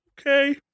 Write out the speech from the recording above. Okay